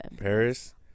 Paris